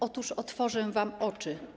Otóż otworzę wam oczy.